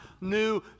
new